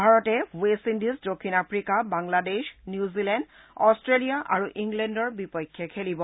ভাৰতে West Indies দক্ষিণ Africa Bangladesh New Zealand Australia আৰু ইংলেণ্ডৰ বিপক্ষে খেলিব